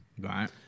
Right